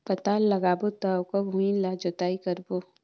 पातल लगाबो त ओकर भुईं ला जोतई करबो?